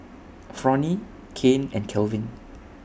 Fronie Kane and Calvin